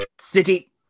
city